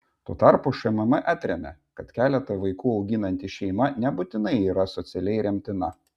tuo tarpu šmm atremia kad keletą vaikų auginanti šeima nebūtinai yra socialiai remtina